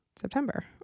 September